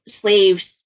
slaves